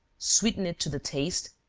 sweeten it to the taste,